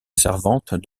servante